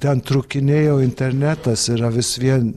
ten trūkinėjo internetas yra vis vien